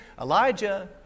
Elijah